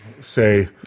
say